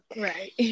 right